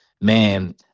man